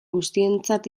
guztientzat